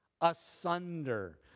asunder